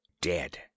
dead